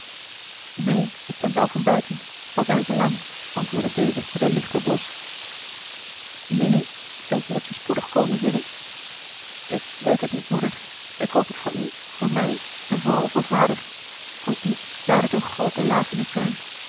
neen ik ken ze al van buiten al zijn ze lang antwoordde deze met een lichten blos milie denk je dat ze spoedig komen zullen ik weet het niet moeder ik hoop het voor u voor mij en vooral voor vader voor dien zoude het een groote lafenis zijn